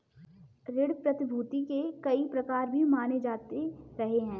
ऋण प्रतिभूती के कई प्रकार भी माने जाते रहे हैं